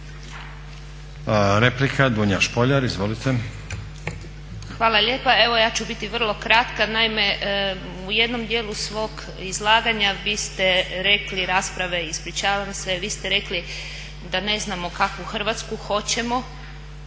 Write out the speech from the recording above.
**Špoljar, Dunja (SDP)** Hvala lijepa. Evo ja ću biti vrlo kratka. Naime u jednom dijelu svog izlaganja vi ste rekli rasprave ispričavam se, vi ste rekli da ne znamo kakvu Hrvatsku hoćemo,